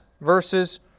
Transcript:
verses